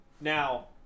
Now